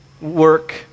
work